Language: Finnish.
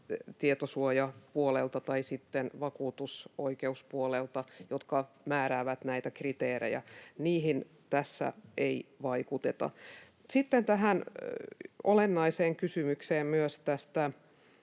tietosuojapuolelta tai sitten vakuutusoikeuspuolelta, jotka määräävät näitä kriteerejä. Niihin tässä ei vaikuteta. Sitten tähän olennaiseen kysymykseen tästä